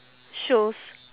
shows